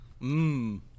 Mmm